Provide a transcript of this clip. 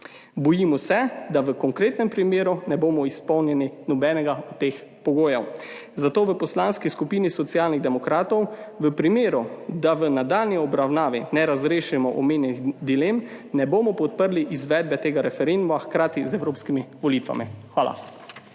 Bojimo se, da v konkretnem primeru ne bomo izpolnili nobenega od teh pogojev, zato v Poslanski skupini Socialnih demokratov v primeru, da v nadaljnji obravnavi ne razrešimo omenjenih dilem, ne bomo podprli izvedbe tega referenduma hkrati z evropskimi volitvami. Hvala.